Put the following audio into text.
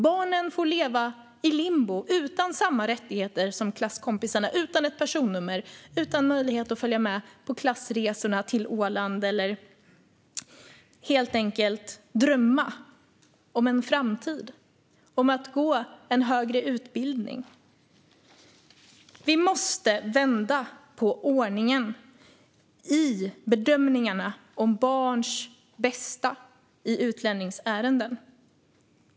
Barnen får leva i limbo, utan samma rättigheter som klasskompisarna, utan ett personnummer och utan möjlighet att följa med på klassresa till Åland eller helt enkelt drömma om en framtid, om att gå en högre utbildning. Vi måste vända på ordningen i bedömningarna om barns bästa i utlänningsärenden.